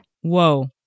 whoa